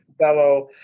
fellow